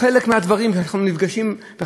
ושהוא יודע שהוא צריך עכשיו לקבל והוא לא מקבל,